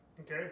Okay